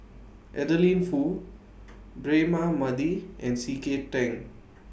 Adeline Foo Braema Mathi and C K Tang